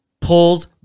pulls